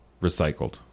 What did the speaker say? recycled